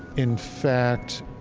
in fact,